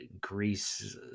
Greece